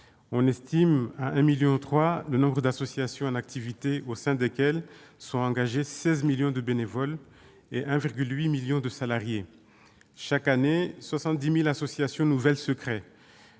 On estime à 1,3 million le nombre d'associations en activité, au sein desquelles sont engagés 16 millions de bénévoles et 1,8 million de salariés. Chaque année, 70 000 associations nouvelles se créent.